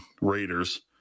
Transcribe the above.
Raiders